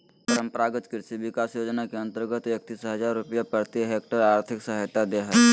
परम्परागत कृषि विकास योजना के अंतर्गत एकतीस हजार रुपया प्रति हक्टेयर और्थिक सहायता दे हइ